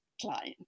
client